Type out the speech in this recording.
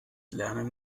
lernen